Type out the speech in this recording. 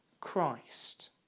Christ